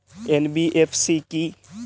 NBFC কী?